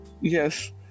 yes